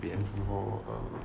jun ho um